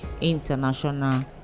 international